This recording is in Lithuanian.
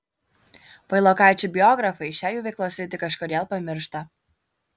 vailokaičių biografai šią jų veiklos sritį kažkodėl pamiršta